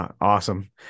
Awesome